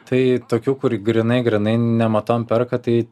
tai tokių kur grynai grynai nematom perka tai